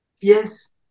Yes